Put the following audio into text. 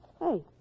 Hey